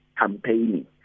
campaigning